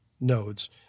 nodes